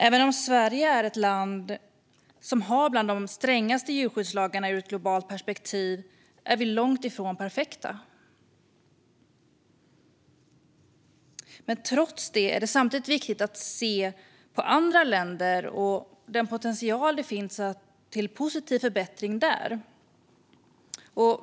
Även om Sverige är ett land vars djurskyddslagar är bland de strängaste i ett globalt perspektiv är vi långt ifrån perfekta. Men trots det är det viktigt att se på andra länder och den potential till positiv förbättring som finns där.